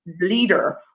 leader